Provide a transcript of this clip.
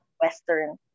Western